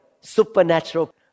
supernatural